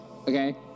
Okay